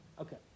Okay